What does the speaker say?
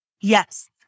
Yes